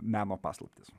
meno paslaptis